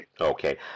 Okay